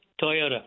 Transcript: Toyota